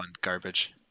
garbage